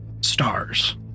stars